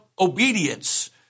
obedience